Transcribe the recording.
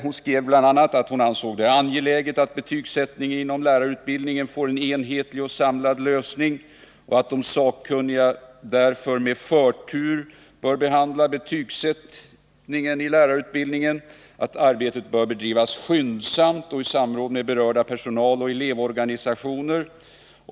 Hon skrev bl.a. i direktiven ”Jag bedömer det som angeläget att betygssättningen inom lärarutbildningen får en enhetlig och samlad lösning —-—-- De sakkunniga bör därför med förtur behandla betygsättningen i lärarutbildningen ——-- Arbetet bör bedrivas skyndsamt och i samråd med berörda personaloch elevorganisationer.